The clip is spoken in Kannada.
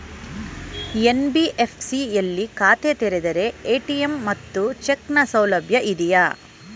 ಎನ್.ಬಿ.ಎಫ್.ಸಿ ಯಲ್ಲಿ ಖಾತೆ ತೆರೆದರೆ ಎ.ಟಿ.ಎಂ ಮತ್ತು ಚೆಕ್ ನ ಸೌಲಭ್ಯ ಇದೆಯಾ?